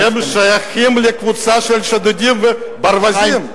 הם שייכים לקבוצה של שודדים וברווזים.